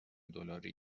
دلاری